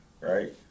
right